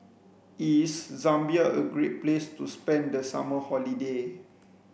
is Zambia a great place to spend the summer holiday